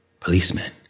Policemen